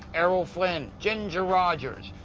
errol flynn, ginger rogers,